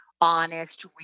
honest